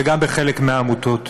וגם בחלק מהעמותות.